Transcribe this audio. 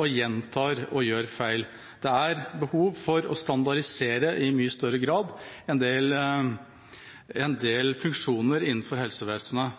og gjentar og gjør feil. Det er behov for å standardisere i mye større grad en del funksjoner innenfor helsevesenet.